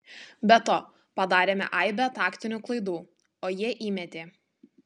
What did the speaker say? be to padarėme aibę taktinių klaidų o jie įmetė